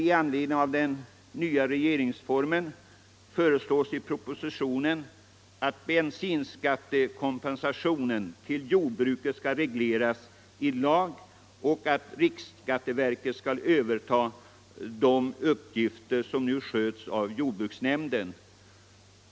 I anledning av den nya regeringsformen föreslås i propositionen att bensinskattekompensationen till jordbruket skall regleras i lag och att riksskatteverket skall överta de uppgifter som nu sköts av jordbruksnämnden.